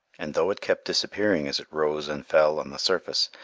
and though it kept disappearing as it rose and fell on the surface,